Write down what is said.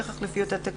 מלכתחילה.